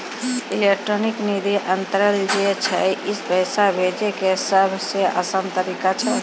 electronic निधि अन्तरन जे छै ई पैसा भेजै के सभ से असान तरिका छै